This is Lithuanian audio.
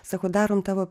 sako darom tavo